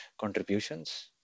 contributions